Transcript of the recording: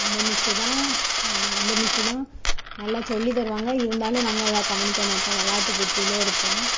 அந்த மிஸ்ஸு தான் அந்த மிஸ்ஸு தான் நல்லா சொல்லித் தருவாங்க இருந்தாலும் நாங்கள் அதை கவனிக்க மாட்டோம் வெளாட்டு புத்தியில் இருப்போம்